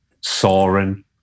soaring